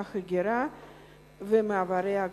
ההגירה ומעברי הגבול.